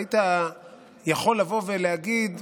היית יכול לבוא ולהגיד: